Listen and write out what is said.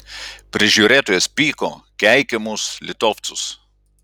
prižiūrėtojas pyko keikė mus litovcus